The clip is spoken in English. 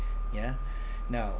ya now